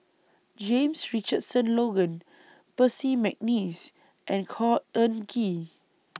James Richardson Logan Percy Mcneice and Khor Ean Ghee